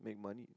make money